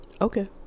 Okay